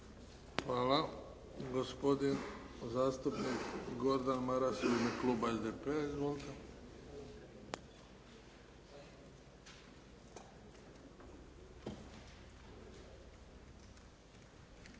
Hvala. Gospodin zastupnik Gordan Maras u ime kluba SDP-a. Izvolite.